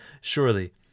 surely